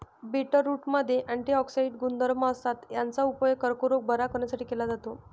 बीटरूटमध्ये अँटिऑक्सिडेंट गुणधर्म असतात, याचा उपयोग कर्करोग बरा करण्यासाठी केला जातो